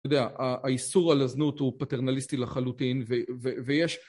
אתה יודע, האיסור על הזנות הוא פטרנליסטי לחלוטין ויש